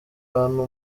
ahantu